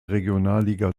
regionalliga